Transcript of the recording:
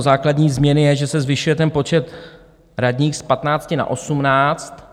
Základní změnou je, že se zvyšuje ten počet radních z 15 na 18.